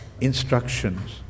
instructions